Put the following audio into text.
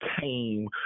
came